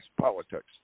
politics